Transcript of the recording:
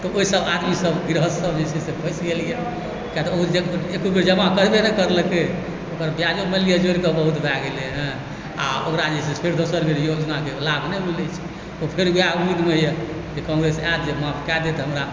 तऽ ओहि सब आदमी सब गृहस्थ सब जे फसि जाइत यऽ कियाक तऽ ओ जे एको बेर जमा करबे नहि कयलकै ओकर ब्याजो मानि लिअ जोड़िकऽ बहुत भए गेलै हँ आओर ओकरा जे छै से फेर दोसर बेर योजनाकेँ लाभ नहि मिलैत छै ओ फेर वएह उम्मीदमे यऽ जे काङ्ग्रेस आएत जे माफकऽ देत हमरा